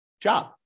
job